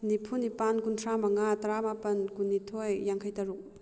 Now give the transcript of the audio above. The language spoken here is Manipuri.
ꯅꯤꯐꯨ ꯅꯤꯄꯥꯜ ꯀꯨꯟꯊ꯭ꯔꯥ ꯃꯪꯉꯥ ꯇꯔꯥ ꯃꯥꯄꯜ ꯀꯨꯟꯅꯤꯊꯣꯏ ꯌꯥꯡꯈꯩ ꯇꯔꯨꯛ